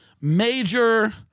major